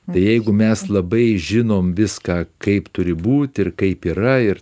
tai jeigu mes labai žinom viską kaip turi būt ir kaip yra ir